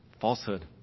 Falsehood